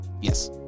Yes